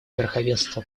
верховенства